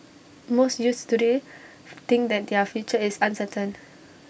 most youths today think that their future is uncertain